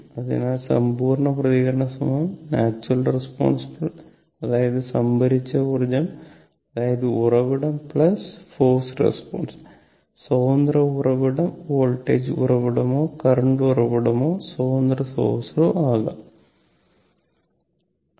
അതിനാൽ സമ്പൂർണ്ണ പ്രതികരണം നാച്ചുറൽ റെസ്പോൺസ് അതായത് സംഭരിച്ചഊർജ്ജം അതായത് ഉറവിടം ഫോർസ്ഡ് റെസ്പോൺസ് സ്വതന്ത്ര ഉറവിടം വോൾട്ടേജ് ഉറവിടമോ കറന്റ് ഉറവിടമോ സ്വതന്ത്ര സ്രോതസ്സോ ആകാം That means v natural response vn forced response vf this is the equation 59